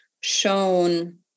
shown